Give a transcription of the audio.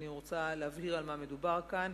אני רוצה להבהיר על מה מדובר כאן.